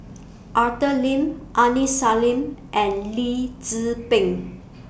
Arthur Lim Aini Salim and Lee Tzu Pheng